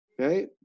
Okay